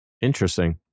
Interesting